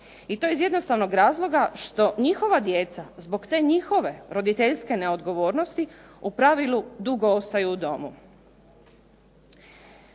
i to iz jednostavnog razloga što njihova djeca zbog te njihove roditeljske neodgovornosti u pravilu dugo ostaju u domu.